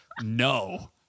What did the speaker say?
no